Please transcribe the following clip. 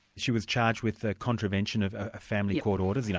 she was charged with ah contravention of ah family court orders? you know,